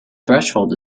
threshold